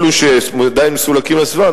אלו שעדיין מסולקים לסביבה,